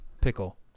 pickle